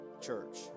church